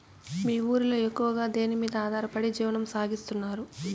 మీ ఊరిలో ఎక్కువగా దేనిమీద ఆధారపడి జీవనం సాగిస్తున్నారు?